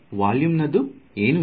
volume ನದು ಏನೂ ಇಲ್ಲ